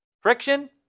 Friction